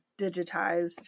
digitized